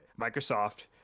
Microsoft